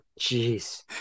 Jeez